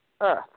Earth